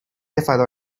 فدا